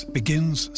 begins